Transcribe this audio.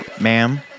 ma'am